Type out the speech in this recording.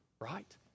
right